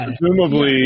presumably